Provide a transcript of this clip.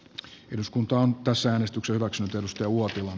hirskuntoon tässä innostuksen vuoksi tunnustauuotila